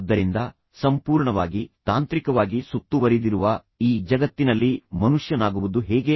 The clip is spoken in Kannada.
ಆದ್ದರಿಂದ ಸಂಪೂರ್ಣವಾಗಿ ತಾಂತ್ರಿಕವಾಗಿ ಸುತ್ತುವರಿದಿರುವ ಈ ಜಗತ್ತಿನಲ್ಲಿ ಮನುಷ್ಯನಾಗುವುದು ಹೇಗೆ